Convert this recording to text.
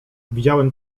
widziałem